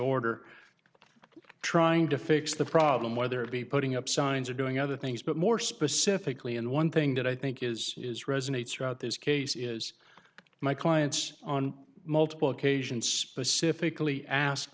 order of trying to fix the problem whether it be putting up signs or doing other things but more specifically and one thing that i think is is resonates route this case is my clients on multiple occasions specifically ask